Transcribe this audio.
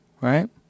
Right